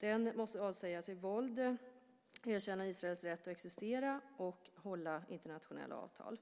Den måste avsäga sig våld, erkänna Israels rätt att existera och hålla internationella avtal.